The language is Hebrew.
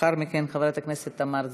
לאחר מכן, חברת הכנסת תמר זנדברג,